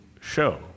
show